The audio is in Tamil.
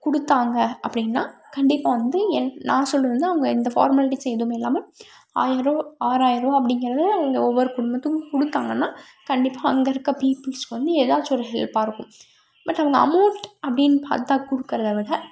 கொடுத்தாங்க அப்படின்னா கண்டிப்பாக வந்து என் நான் சொல்வது வந்து அவங்க இந்த ஃபார்மாலிட்டீஸ்ஸு எதுவுமே இல்லாமல் ஆயிர ஆறாயிரம் ருபா அப்படிங்குறது இங்கே ஒவ்வொரு குடும்பத்துக்கும் கொடுத்தாங்கன்னா கண்டிப்பாக அங்கே இருக்க பீப்பிள்ஸ்க்கு வந்து ஏதாச்சும் ஒரு ஹெல்ப்பாக இருக்கும் பட் அவங்க அமௌண்ட் அப்படின்னு பார்த்தாக் கொடுக்குறத விட